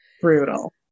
Brutal